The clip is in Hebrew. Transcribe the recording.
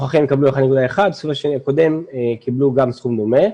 יקבלו 1.1, בסיבוב הקודם קיבלו גם סכום דומה.